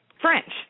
French